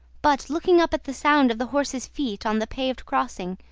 but, looking up at the sound of the horse's feet on the paved crossing,